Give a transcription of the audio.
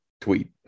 tweet